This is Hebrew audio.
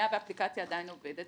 היה והאפליקציה עדיין עובדת,